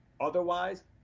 otherwise